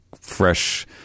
fresh